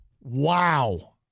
Wow